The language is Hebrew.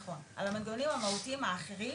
נכון, על המנגנונים המהותיים האחרים